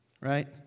right